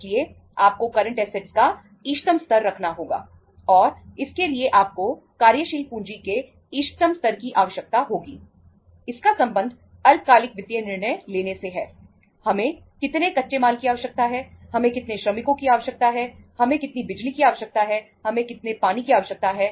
इसलिए आपको current asset की कितनी आवश्यकता है